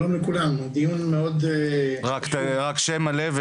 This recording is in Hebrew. שלום לכולם, ד"ר רון גולן,